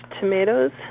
tomatoes